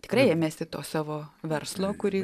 tikrai ėmėsi to savo verslo kurį